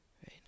Right